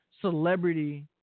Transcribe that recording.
celebrity